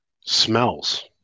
smells